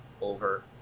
over